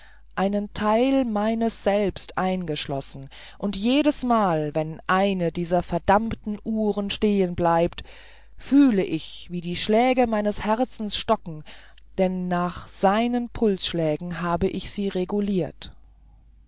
einen theil meines selbst eingeschlossen und jedes mal wenn eine dieser verdammten uhren stehen bleibt fühle ich daß die schläge meines herzens stocken denn nach seinen pulsschlägen habe ich sie regulirt